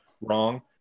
wrong